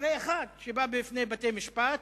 מקרה אחד שבא בפני בתי-משפט